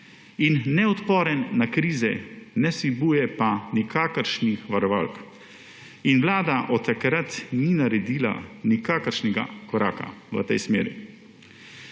in neodporen na krize, ne vsebuje pa nikakršnih varovalk. Vlada od takrat ni naredila nikakršnega koraka v tej smeri.